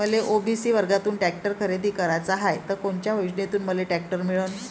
मले ओ.बी.सी वर्गातून टॅक्टर खरेदी कराचा हाये त कोनच्या योजनेतून मले टॅक्टर मिळन?